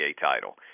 title